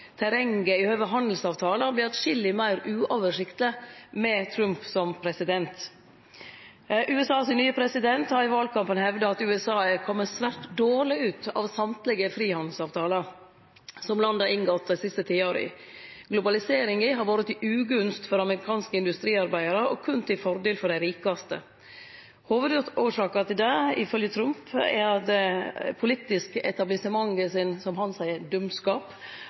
terrenget i høve handelsavtalar vert atskilleg meir uoversiktleg med Trump som president. Den nye presidenten i USA har i valkampen hevda at USA er komen svært dårleg ut av alle frihandelsavtalar som landet har inngått dei siste ti åra. Globaliseringa har vore til ugunst for amerikanske industriarbeidarar og berre til fordel for dei rikaste. Hovudårsaka til det, ifølgje Trump, er dumskapen, som han seier det, til det politiske